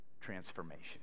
Transformation